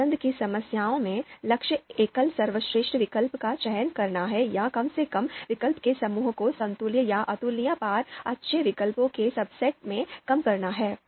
पसंद की समस्याओं में लक्ष्य एकल सर्वश्रेष्ठ विकल्प का चयन करना है या कम से कम विकल्प के समूह को समतुल्य या अतुलनीय par अच्छे 'विकल्पों के सबसेट में कम करना है